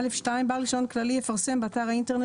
(א2) בעל רישיון כללי יפרסם באתר האינטרנט